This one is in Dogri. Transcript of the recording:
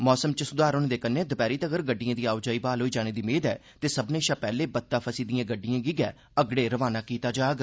मौसम च स्धार होने दे कन्नै दपैही तगर गड्डिएं दी आओजाई ब्हाल होई जाने दी मेद ऐ ते सब्भर्ने शा पैहले बत्ता फसी दिएं गड्डिएं गी गै अगड़े रवाना कीता जाग